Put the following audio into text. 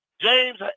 James